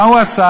מה הוא עשה?